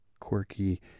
quirky